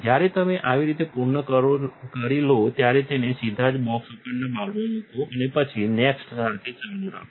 જ્યારે તમે આવી રીતે પૂર્ણ કરી લો ત્યારે તેને સીધા જ બોક્સ ઉપરના બાઉલમાં મૂકો અને પછી નેક્સ્ટ સાથે ચાલુ રાખો